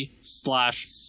slash